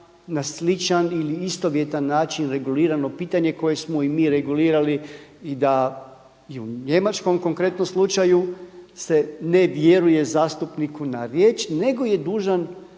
na sličan ili istovjetan način regulirano pitanje koje smo i mi regulirali i da je u njemačkom konkretnom slučaju se ne vjeruje zastupniku na riječ nego je dužan